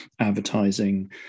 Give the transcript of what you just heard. advertising